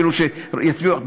כאילו שיצביעו.